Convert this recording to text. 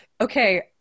Okay